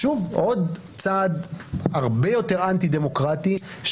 זה שוב עוד צעד הרבה יותר אנטי דמוקרטי,